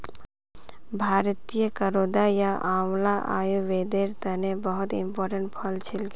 भारतीय करौदा या आंवला आयुर्वेदेर तने बहुत इंपोर्टेंट फल छिके